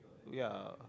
ya